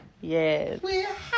Yes